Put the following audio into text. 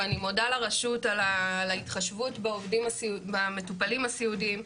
ואני מודה לרשות על ההתחשבות במטופלים הסיעודיים,